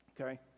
okay